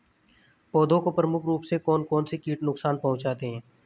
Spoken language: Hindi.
पौधों को प्रमुख रूप से कौन कौन से कीट नुकसान पहुंचाते हैं?